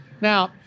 Now